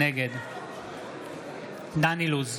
נגד דן אילוז,